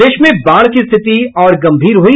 प्रदेश में बाढ़ की स्थिति और गंभीर हुई